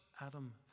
Adam